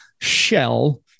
shell